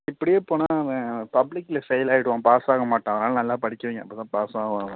இப்படியே போனால் அவன் பப்ளிக்கில் ஃபெயில் ஆகிடுவான் பாஸ் ஆக மாட்டான் அதனால் நல்லா படிக்க வைங்க அப்போதான் பாஸ் ஆவான் அவன்